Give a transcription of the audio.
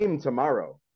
tomorrow